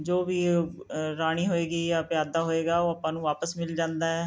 ਜੋ ਵੀ ਰਾਣੀ ਹੋਵੇਗੀ ਜਾਂ ਪਿਆਦਾ ਹੋਵੇਗਾ ਉਹ ਆਪਾਂ ਨੂੰ ਵਾਪਸ ਮਿਲ ਜਾਂਦਾ